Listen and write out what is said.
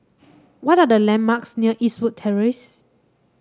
what are the landmarks near Eastwood Terrace